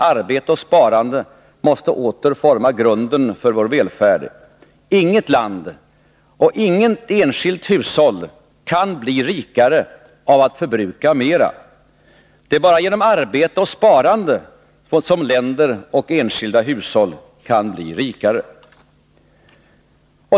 Arbete och sparande måste åter forma grunden för vår välfärd. Inget land och inget enskilt hushåll kan bli rikare av att förbruka mer. Det är bara genom arbete och sparande som länder och enskilda hushåll kan bli rikare.